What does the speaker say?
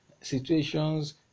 Situations